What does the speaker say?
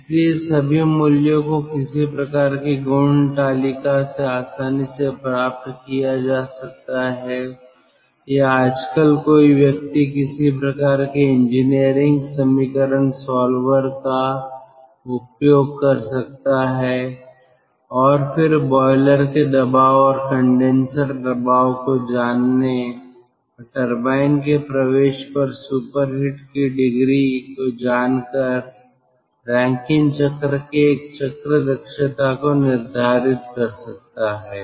इसलिए सभी मूल्यों को किसी प्रकार की गुण तालिका से आसानी से प्राप्त किया जा सकता है या आजकल कोई व्यक्ति किसी प्रकार के इंजीनियरिंग समीकरण सॉल्वर का उपयोग कर सकता है और फिर बॉयलर के दबाव और कंडेनसर दबाव को जानने और टरबाइन के प्रवेश पर सुपरहीट की डिग्री को जानकर रैंकिन चक्र के चक्र दक्षता को निर्धारित कर सकता है